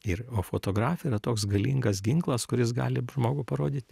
ir o fotografija yra toks galingas ginklas kuris gali žmogų parodyt